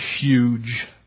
Huge